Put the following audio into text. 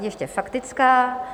Ještě faktická.